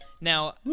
now